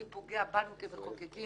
זה פוגע בנו כמחוקקים.